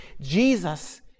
Jesus